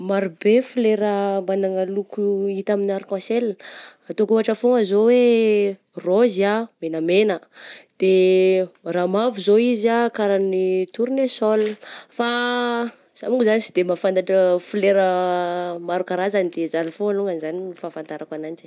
Marobe folera magnana loko hita amin'ny arc en ciel, ataoko ohatra foagna zao hoe rôzy ah megnamena, de raha mavo izao izy kara ny tournesol fa zah mo zany sy de mahafantatra folera maro karazany de zany fô alongany zany ny fahafatarakoa ananjy eh.